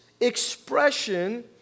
expression